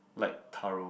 like thorough